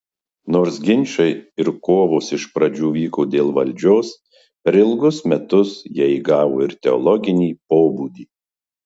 nors ginčai ir kovos iš pradžių vyko dėl valdžios per ilgus metus jie įgavo ir teologinį pobūdį